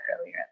earlier